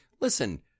Listen